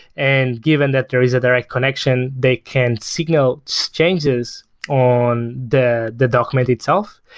and given that there is a direct connection, they can signal changes on the the document itself,